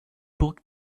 burg